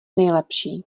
nejlepší